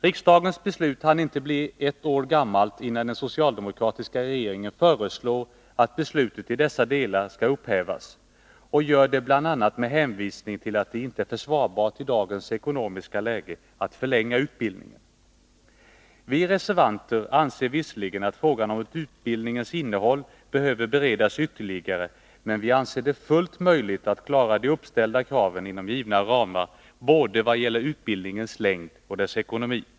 Riksdagens beslut hann inte bli ett år gammalt innan den socialdemokratiska regeringen föreslog att beslutet i dessa delar skall upphävas, bl.a. med hänvisning till att det i dagens ekonomiska läge inte är försvarbart att förlänga utbildningen. Vi reservanter anser visserligen att frågan om utbildningens innehåll behöver beredas ytterligare, men vi anser det fullt möjligt att klara de uppställda kraven inom givna ramar, både i vad gäller utbildningens längd och i fråga om dess ekonomi.